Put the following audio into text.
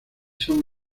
son